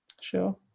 Sure